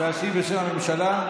להשיב בשם הממשלה.